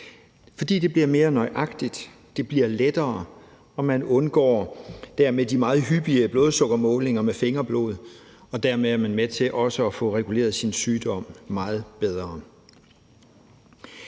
fordi det bliver mere nøjagtigt. Det bliver lettere, og man undgår dermed de meget hyppige blodsukkermålinger med fingerblod. Dermed er man med til også at få reguleret sin sygdom meget bedre.